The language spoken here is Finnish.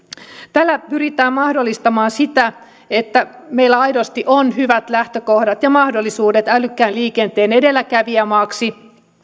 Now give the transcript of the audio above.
tällä pyritään mahdollistamaan sitä että meillä on aidosti hyvät lähtökohdat ja mahdollisuudet älykkään liikenteen edelläkävijämaaksi